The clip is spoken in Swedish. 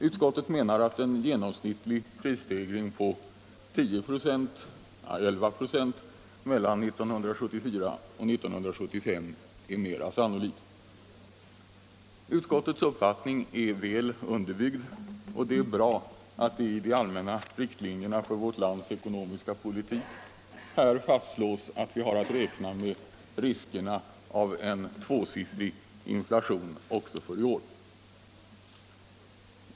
Utskottet menar att en genomsnittlig prisstegring på 10 96 å 11 96 mellan år 1974 och 1975 är mera sannolik. Utskottets uppfattning är väl underbyggd. Det är bra att det i de allmänna riktlinjerna för vårt lands ekonomiska politik här fastslås att vi har att räkna med riskerna av en tvåsiffrig inflation också för i år.